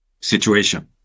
situation